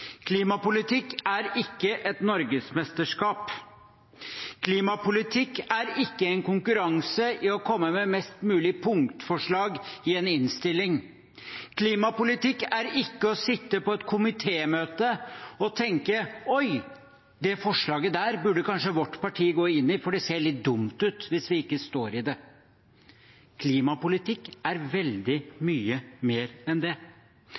Klimapolitikk er ikke et norgesmesterskap. Klimapolitikk er ikke en konkurranse i å komme med flest mulig punktforslag i en innstilling. Klimapolitikk er ikke å sitte på et komitémøte og tenke: Oi, det forslaget der burde kanskje vårt parti gå inn i, for det ser litt dumt ut hvis vi ikke står i det. Klimapolitikk er veldig mye mer enn det.